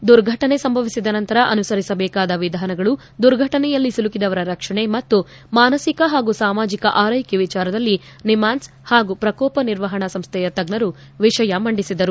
ದುರ್ಘಟನೆ ಸಂಭವಿಸಿದ ನಂತರ ಅನುಸರಿಸಬೇಕಾದ ವಿಧಾನಗಳು ದುರ್ಘಟನೆಯಲ್ಲಿ ಸಿಲುಕಿದವರ ರಕ್ಷಣೆ ಮತ್ತು ಮಾನಸಿಕ ಹಾಗೂ ಸಾಮಾಜಿಕ ಆರ್ಟೆಕೆ ವಿಚಾರದಲ್ಲಿ ನಿಮ್ಹಾನ್ಸ್ ಹಾಗೂ ಪ್ರಕೋಪ ನಿರ್ವಹಣಾ ಸಂಸ್ಥೆಯ ತಜ್ಞರು ವಿಷಯ ಮಂಡಿಸಿದರು